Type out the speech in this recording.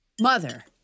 Mother